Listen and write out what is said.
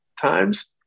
times